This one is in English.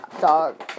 dog